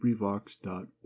librivox.org